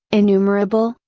innumerable,